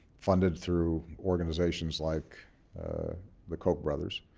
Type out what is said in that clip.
funded through organizations like the koch brothers,